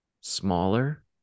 smaller